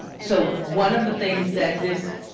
so one of the things that this